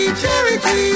charity